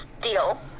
deal